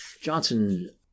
Johnson